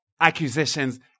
accusations